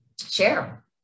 share